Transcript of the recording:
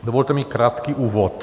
Dovolte mi krátký úvod.